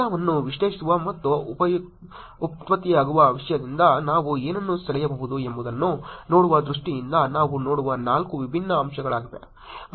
ಡೇಟಾವನ್ನು ವಿಶ್ಲೇಷಿಸುವ ಮತ್ತು ಉತ್ಪತ್ತಿಯಾಗುವ ವಿಷಯದಿಂದ ನಾವು ಏನನ್ನು ಸೆಳೆಯಬಹುದು ಎಂಬುದನ್ನು ನೋಡುವ ದೃಷ್ಟಿಯಿಂದ ನಾವು ನೋಡುವ ನಾಲ್ಕು ವಿಭಿನ್ನ ಅಂಶಗಳಾಗಿವೆ